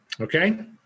Okay